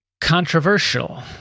controversial